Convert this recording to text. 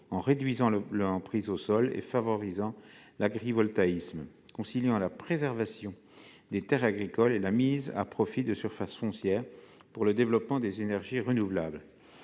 en réduisant l'emprise au sol, et favorisent l'agrivoltaïsme, qui concilie la préservation des terres agricoles et la mise à profit de surfaces foncières pour le développement des énergies renouvelables.